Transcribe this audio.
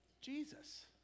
Jesus